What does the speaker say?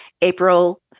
April